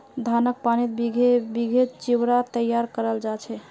धानक पानीत भिगे चिवड़ा तैयार कराल जा छे